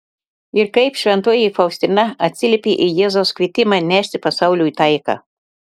ir kaip šventoji faustina atsiliepė į jėzaus kvietimą nešti pasauliui taiką